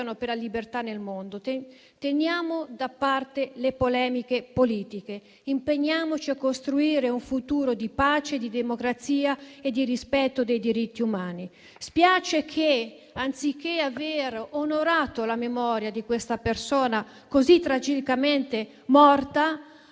per la libertà nel mondo. Teniamo da parte le polemiche politiche: impegniamoci a costruire un futuro di pace, di democrazia e di rispetto dei diritti umani. Spiace che, anziché aver onorato la memoria di questa persona così tragicamente morta,